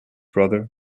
brother